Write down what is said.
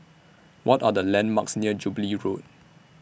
What Are The landmarks near Jubilee Road